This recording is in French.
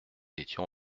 étions